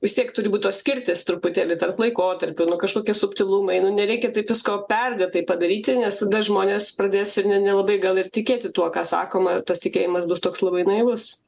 vis tiek turi būt tos skirtys truputėlį tarp laikotarpių nu kažkokie subtilumai nu nereikia taip visko perdėtai padaryti nes tada žmonės pradės ir ne nelabai gal ir tikėti tuo ką sakoma tas tikėjimas bus toks labai naivus